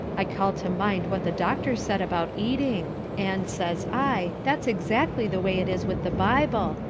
i called to mind what the doctor said about eating, and says i, that's exactly the way it is with the bible,